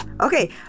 Okay